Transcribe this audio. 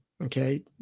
Okay